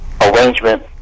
arrangement